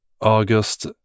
August